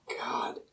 God